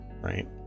right